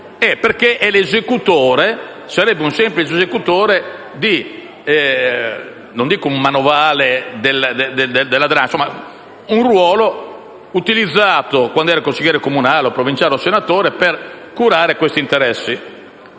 perché sarebbe un semplice esecutore; non dico un manovale della 'ndrangheta, ma avrebbe un ruolo, utilizzato quando era consigliere comunale o provinciale o senatore, per curare questi interessi.